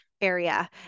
area